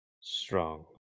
strong